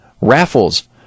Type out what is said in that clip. raffles